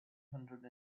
hundred